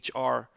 HR